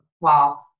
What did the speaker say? wow